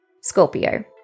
Scorpio